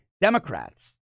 Democrats